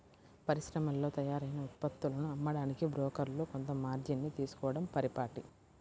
పరిశ్రమల్లో తయారైన ఉత్పత్తులను అమ్మడానికి బ్రోకర్లు కొంత మార్జిన్ ని తీసుకోడం పరిపాటి